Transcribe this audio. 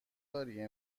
داری